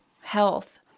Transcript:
health